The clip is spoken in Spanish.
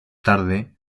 tarde